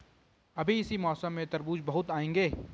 अभी इस मौसम में तरबूज बहुत आएंगे